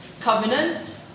Covenant